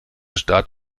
staat